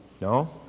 No